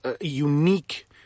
unique